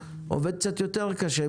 עובד קצת יותר קשה,